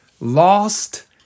Lost